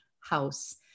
house